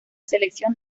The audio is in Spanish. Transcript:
selección